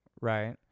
right